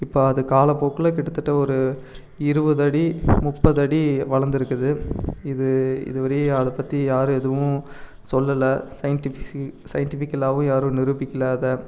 இப்போ அது காலப்போக்கில் கிட்டத்தட்ட ஒரு இருபது அடி முப்பது அடி வளர்ந்துருக்குது இது இது வரையும் அதை பற்றி யார் எதுவும் சொல்லல சயின்ட்டிஃபிஸி சயின்ட்டிஃபிக்கலாகவும் யாரும் நிரூபிக்கல அதை